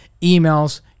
emails